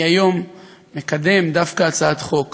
אני היום מקדם דווקא הצעת חוק